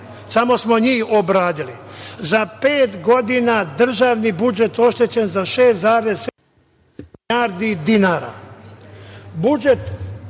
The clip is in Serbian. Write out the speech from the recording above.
samo smo njih obradili, za pet godina je državni budžet oštećen za 6,7 milijardi dinara.